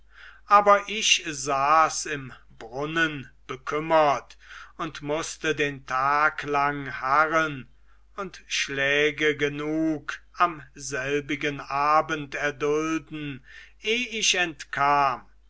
aber ich saß im brunnen bekümmert und mußte den tag lang harren und schläge genug am selbigen abend erdulden eh ich entkam